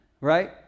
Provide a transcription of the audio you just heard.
right